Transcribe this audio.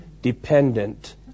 dependent